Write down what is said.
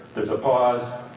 there's a pause,